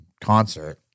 concert